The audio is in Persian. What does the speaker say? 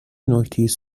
نوکتیز